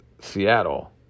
Seattle